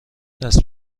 دست